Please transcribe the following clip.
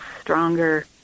stronger